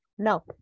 No